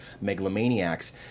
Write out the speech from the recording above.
megalomaniacs